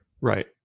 Right